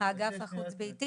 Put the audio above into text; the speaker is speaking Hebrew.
האגף החוץ-ביתי